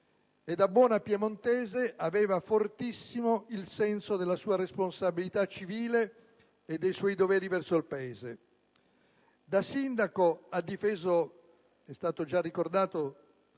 Da buona piemontese aveva fortissimo il senso della sua responsabilità civile, dei suoi doveri verso il Paese. Da Sindaco ha difeso - come ha già ricordato